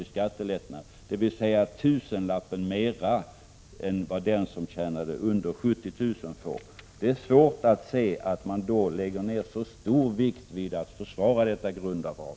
i skattelättnad, dvs. tusenlappen mer än vad den som tjänar under 70 000 kr. får. Det är svårt att förstå varför man då lägger så stor vikt vid att försvara detta grundavdrag.